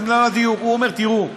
הוא אומר: תראו,